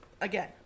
again